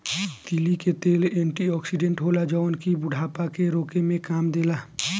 तीली के तेल एंटी ओक्सिडेंट होला जवन की बुढ़ापा के रोके में काम देला